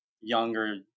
younger